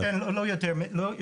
כן, לא יודע מזה.